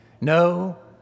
No